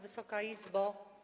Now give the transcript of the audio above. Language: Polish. Wysoka Izbo!